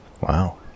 Wow